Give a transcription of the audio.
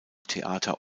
theater